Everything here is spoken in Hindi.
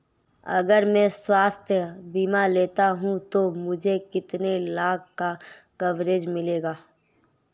अगर मैं स्वास्थ्य बीमा लेता हूं तो मुझे कितने लाख का कवरेज मिलेगा?